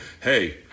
hey